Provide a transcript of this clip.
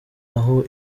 aho